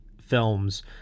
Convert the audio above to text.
films